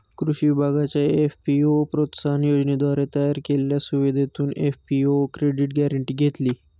कृषी विभागाच्या एफ.पी.ओ प्रोत्साहन योजनेद्वारे तयार केलेल्या सुविधेतून एफ.पी.ओ क्रेडिट गॅरेंटी घेतली